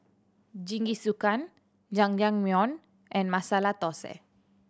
Jingisukan Jajangmyeon and Masala Dosa